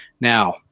now